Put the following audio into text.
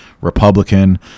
republican